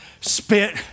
spit